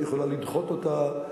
את יכולה לדחות אותה,